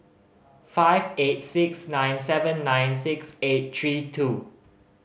five eight six nine seven nine six eight three two